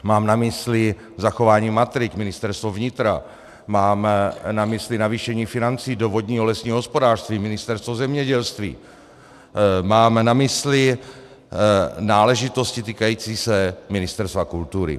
Mám na mysli zachování matrik, Ministerstvo vnitra, mám na mysli navýšení financí do vodního, lesního hospodářství, Ministerstvo zemědělství, mám na mysli náležitosti týkající se Ministerstva kultury.